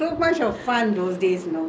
ah ah